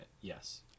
Yes